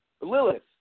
Lilith